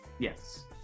Yes